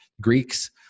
Greeks